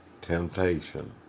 temptation